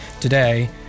Today